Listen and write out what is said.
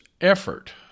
effort